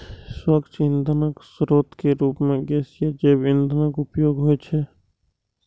स्वच्छ ईंधनक स्रोत के रूप मे गैसीय जैव ईंधनक उपयोग होइ छै